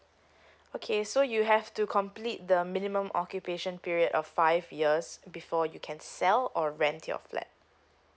okay so you have to complete the minimum occupation period of five years before you can sell or rent your flat